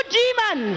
demon